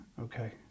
Okay